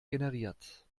generiert